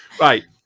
Right